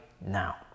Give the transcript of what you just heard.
now